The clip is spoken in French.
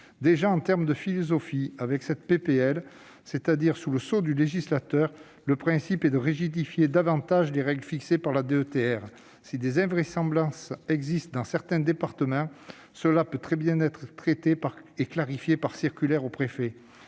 en termes de philosophie, avec cette proposition de loi, c'est-à-dire sous le sceau du législateur, le principe est de rigidifier davantage les règles fixées pour la DETR. Si des invraisemblances existent dans certains départements, cela peut très bien être clarifié par circulaires aux préfets,